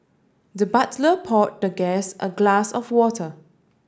the butler poured the guest a glass of water